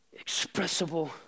expressible